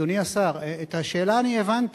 אדוני השר, את השאלה אני הבנתי,